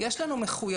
יש לנו מחויבויות,